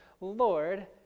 Lord